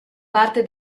parte